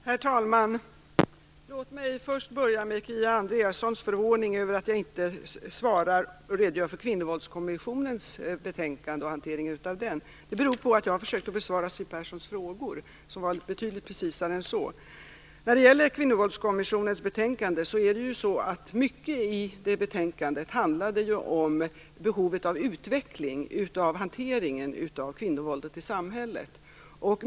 Herr talman! Jag börjar med att kommentera Kia Andreassons förvåning över att jag inte redogör för Kvinnovåldskommissionens betänkande och den hanteringen. Anledningen är att jag har försökt att besvara Siw Perssons frågor som var betydligt precisare än så. Kvinnovåldskommissionens betänkande handlar mycket om behovet av utveckling beträffande hanteringen av kvinnovåldet i samhället.